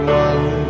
one